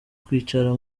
kwicara